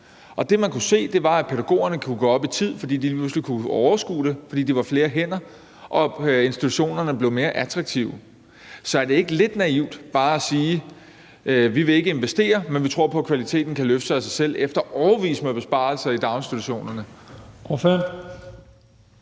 Det, man kunne se, var, at pædagogerne kunne gå op i tid, for de kunne lige pludselig overskue det, fordi der var flere hænder, og så blev institutionerne mere attraktive. Så er det ikke lidt naivt bare at sige: Vi vil ikke investere, men vi tror på, at kvaliteten kan løfte sig af sig selv, efter en årrække med besparelser i daginstitutionerne?